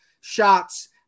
shots